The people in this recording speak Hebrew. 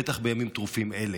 בטח בימים טרופים אלה,